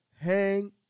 hang